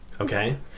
okay